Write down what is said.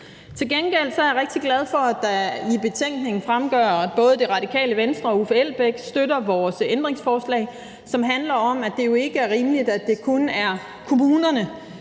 Til gengæld er jeg rigtig glad for, at det i betænkningen fremgår, at både Det Radikale Venstre og Uffe Elbæk støtter vores ændringsforslag, som handler om, at det jo ikke er rimeligt, at det kun er kommunerne,